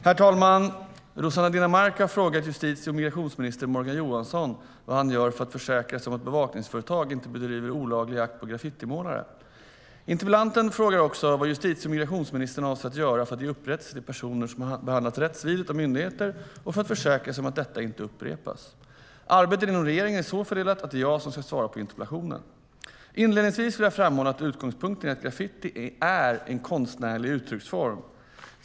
Herr talman! Rossana Dinamarca har frågat justitie och migrationsminister Morgan Johansson vad han gör för att försäkra sig om att bevakningsföretag inte bedriver olaglig jakt på graffitimålare. Interpellanten frågar också vad justitie och migrationsministern avser att göra för att ge upprättelse till personer som har behandlats rättsvidrigt av myndigheter och för att försäkra sig om att detta inte upprepas. Arbetet inom regeringen är så fördelat att det är jag som ska svara på interpellationen. Inledningsvis vill jag framhålla att utgångspunkten är att graffiti är en konstnärlig uttrycksform.